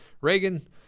Reagan